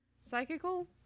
psychical